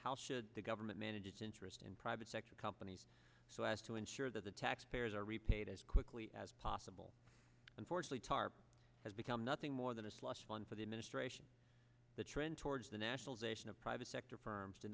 how should the government manages interest in private sector companies so as to ensure that the taxpayers are repaid as quickly as possible unfortunately tarp has become nothing more than a slush fund for the administration the trend towards the nationalization of private sector firms